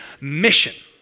mission